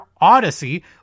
Odyssey